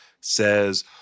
says